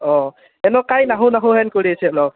অঁ এনেক কাই নাহু নাহুহেন কৰি আছে অক